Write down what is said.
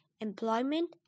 employment